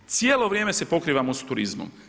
Cijelo vrijeme se pokrivamo s turizmom.